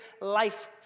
life